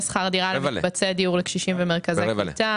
שכר דירה למקבצי דיור לקשישים במרכזי קליטה.